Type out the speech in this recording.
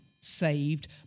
saved